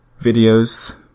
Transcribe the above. videos